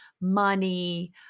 money